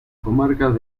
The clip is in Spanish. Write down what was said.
comarcas